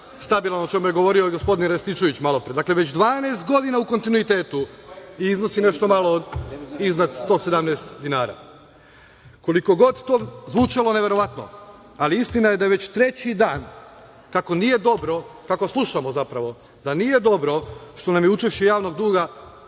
stabilan, o čemu je govorio gospodin Rističević malopre. Dakle, već 12 godina u kontinuitetu iznosi nešto malo iznad 117 dinara. Koliko god to zvučalo neverovatno, ali istina je da već treći dan kako slušamo da nije dobro što nam je učešće javnog duga